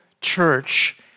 church